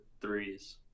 threes